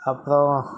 அப்றம்